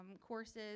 courses